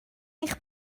eich